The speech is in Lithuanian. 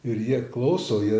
ir jie klauso jie